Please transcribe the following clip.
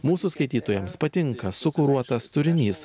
mūsų skaitytojams patinka sukuruotas turinys